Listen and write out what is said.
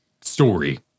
story